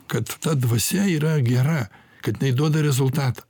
kad ta dvasia yra gera kad jinai duoda rezultatą